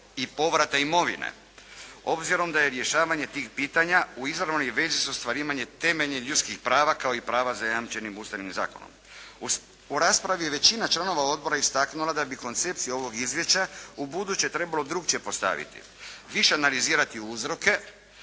i povrata imovine. Obzirom da je rješavanje tih pitanja u izravnoj vezi s ostvarivanjem temeljnih ljudskih prava kao i prava zajamčenih Ustavnim zakonom. U raspravi je većina članova odbora istaknula da bi koncepciju ovog izvješća ubuduće trebalo drukčije postaviti, više analizirati uzroke